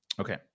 Okay